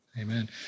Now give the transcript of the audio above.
Amen